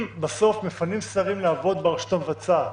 אם בסוף מפנים שרים לעבוד ברשות המבצעת